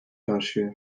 karşıya